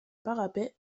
parapet